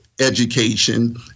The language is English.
education